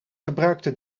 gebruikte